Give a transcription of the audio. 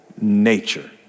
nature